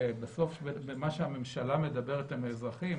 ובסוף מה שהממשלה מדברת הם אזרחים.